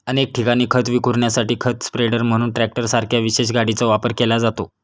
अनेक ठिकाणी खत विखुरण्यासाठी खत स्प्रेडर म्हणून ट्रॅक्टरसारख्या विशेष गाडीचा वापर केला जातो